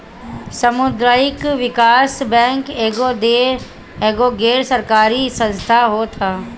सामुदायिक विकास बैंक एगो गैर सरकारी संस्था होत हअ